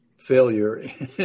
failure